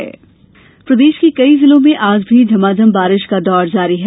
बारिश प्रदेश के कई जिलों में आज भी झमाझम बारिश का दौर जारी है